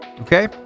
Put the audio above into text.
okay